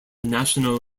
national